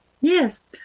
Yes